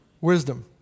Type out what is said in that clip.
wisdom